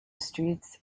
streets